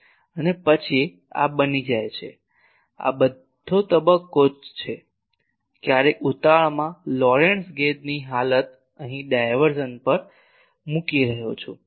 અને પછી આ બની જાય છે આ બધી તબક્કો જથ્થો છે ક્યારેક ઉતાવળમાં લોરેન્ટઝ ગેજની હાલત અહીં ડાઇવર્ઝન મૂકી રહ્યો છું